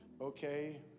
Okay